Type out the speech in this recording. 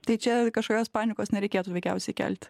tai čia kažkokios panikos nereikėtų veikiausiai kelti